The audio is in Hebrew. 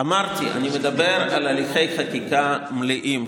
אמרתי שאני מדבר על הליכי חקיקה מלאים,